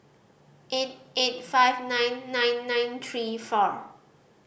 eight eight five nine nine nine three four